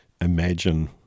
imagine